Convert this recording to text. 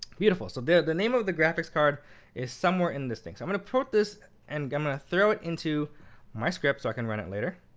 beautiful. so the the name of the graphics card is somewhere in this thing. i'm going to put this and i'm going to throw it into my script so i can run it later.